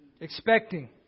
Expecting